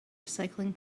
recycling